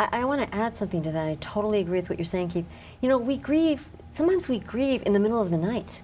i want to add something to that i totally agree with what you're saying he you know we grieve sometimes we creep in the middle of the night